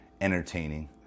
entertaining